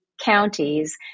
counties